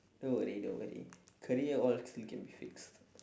don't worry don't worry career all still can be fixed